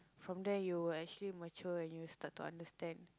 from there you will actually mature and you will start to understand